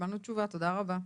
קיבלנו תשובה, תודה רבה.